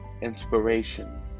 inspiration